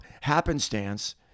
happenstance